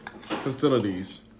facilities